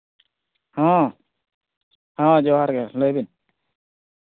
ᱦᱮᱸ ᱡᱚᱦᱟᱨ ᱜᱮ ᱞᱟᱹᱭᱵᱤᱱ